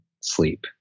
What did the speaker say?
sleep